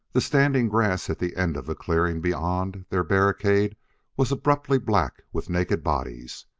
the standing grass at the end of the clearing beyond their barricade was abruptly black with naked bodies.